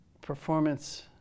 performance